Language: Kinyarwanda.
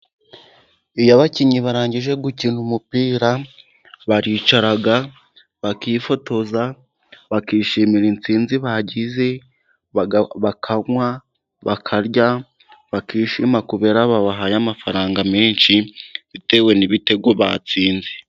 Iyo abakinnyi barangije gukina umupira, baricara bakifotoza, bakishimira intsinzi bagize, bakanywa, bakarya, bakishima kubera babahaye amafaranga menshi bitewe n'ibitego batsinze.